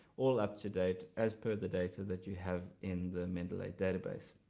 all up to date as per the data that you have in the mendeley database.